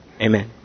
amen